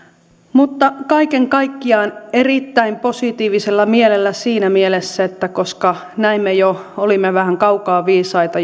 mutta kaiken kaikkiaan voimme olla erittäin positiivisella mielellä siinä mielessä että koska olimme vähän kaukaa viisaita